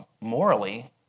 morally